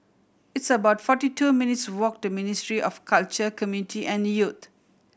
it's about forty two minutes' walk to Ministry of Culture Community and Youth